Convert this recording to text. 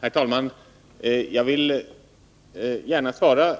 Herr talman! Jag vill gärna svara